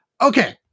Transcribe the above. Okay